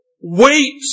wait